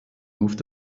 moved